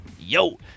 yo